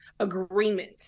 agreement